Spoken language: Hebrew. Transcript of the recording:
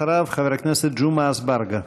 אחריו, חבר הכנסת ג'מעה אזברגה.